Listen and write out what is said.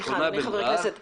חבר הכנסת עסאקלה,